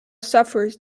sufferers